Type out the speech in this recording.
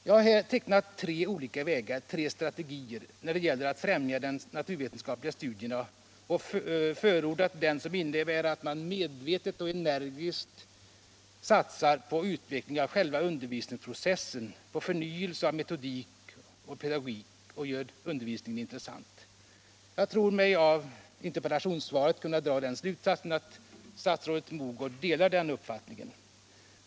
Jag har här tecknat tre olika vägar, tre strategier, när det gäller att främja de naturvetenskapliga studierna, och jag har förordat dem som innebär att man medvetet och energiskt satsar på utveckling av själva undervisningsprocessen, på förnyelse av metodik och pedagogik så att man gör undervisningen intressant. Jag tror mig av interpellationssvaret kunna dra den slutsatsen, att statsrådet Mogård delar denna uppfattning.